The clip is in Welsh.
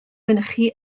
mynychu